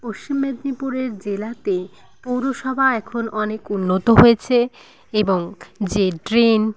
পশ্চিম মেদনীপুরের জেলাতে পুরসভা এখন অনেক উন্নত হয়েছে এবং যে ড্রেন